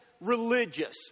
religious